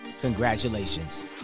Congratulations